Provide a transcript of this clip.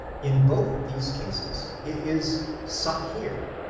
in both these cases, it is sacheer.